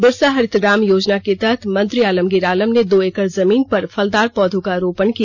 बिरसा हरित ग्राम योजना के तहत मंत्री आलमगीर आलम ने दो एकड़ जमीन पर फलदार पौधों का रोपण किया